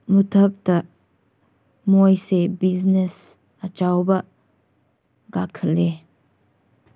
ꯃꯊꯛꯇ ꯃꯣꯏꯁꯦ ꯕꯤꯖꯤꯅꯦꯁ ꯑꯆꯧꯕ ꯀꯥꯈꯠꯂꯤ